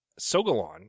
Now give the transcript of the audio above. Sogolon